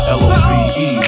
love